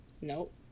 nope